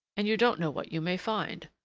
and you don't know what you may find.